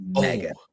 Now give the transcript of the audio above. mega